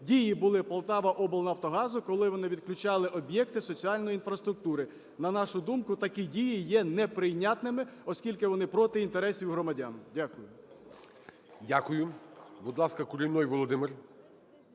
дії були "Полтаваоблнафтогазу", коли вони відключали об'єкти соціальної інфраструктури. На нашу думку, такі дії є неприйнятними, оскільки вони проти інтересів громадян. Дякую. ГОЛОВУЮЧИЙ. Дякую. Будь ласка, Куренной Володимир.